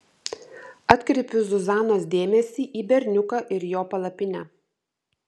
atkreipiu zuzanos dėmesį į berniuką ir jo palapinę